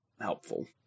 helpful